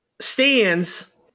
stands